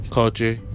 culture